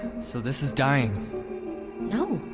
so this is dying no.